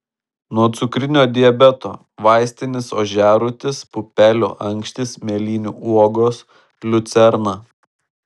nuo cukrinio diabeto vaistinis ožiarūtis pupelių ankštys mėlynių uogos liucerna